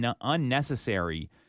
unnecessary